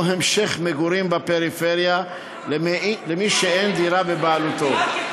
או המשך מגורים בפריפריה, למי שאין דירה בבעלותו.